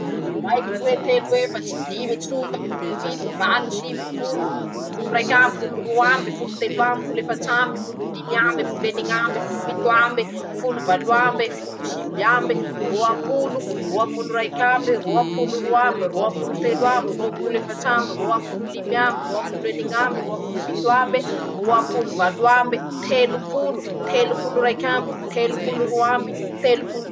Tsy misy, ray roe telo efatsy dimy tsiota, fito valo sivy folo, folo raik'amby folo roamby folo telo amby folo efats'amby, folo limy amby, folo eniñ'amby, folo fito ambe, folo valo ambe, folo sivy ambe, roapolo, roapolo raik'ambe, roapolo roamby, roapolo telo ambe, roapolo efats'ambe, roapolo dimy ambe, roapolo eniñ'ambe, roapolo fito ambe, roapolo valo ambe, telopolo; telopolo raik'ambe, telopolo roambe, telo.